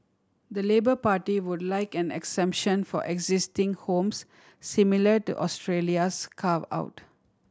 the Labour Party would like an exemption for existing homes similar to Australia's carve out